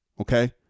okay